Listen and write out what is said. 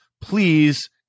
please